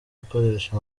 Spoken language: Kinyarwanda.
akoresha